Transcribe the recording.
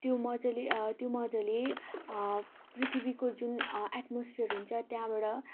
त्यो मजाले त्यो मजाले पृथ्वीको जुन एट्मोसपियर हुन्छ त्यहाँबाट